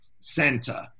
center